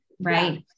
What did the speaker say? Right